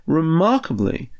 remarkably